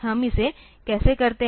हम इसे कैसे करते हैं